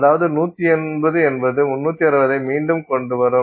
அதாவது 180 என்பது 360தை மீண்டும் கொண்டு வரும்